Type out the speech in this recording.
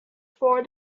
for